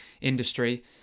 industry